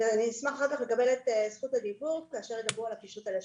אני אשמח לקבל אחר כך את זכות הדיבור כאשר ידברו על הפישוט הלשוני.